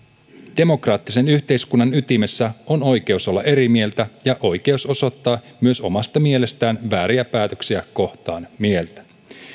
demokraattisen yhteiskunnan ytimessä on oikeus olla eri mieltä ja myös oikeus osoittaa omasta mielestään vääriä päätöksiä kohtaan mieltä